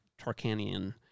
Tarkanian